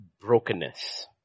brokenness